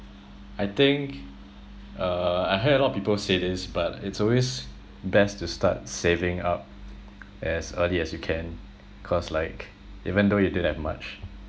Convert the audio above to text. I think uh I heard a lot people say this but it's always best to start saving up as early as you can cause like even though you didn't have much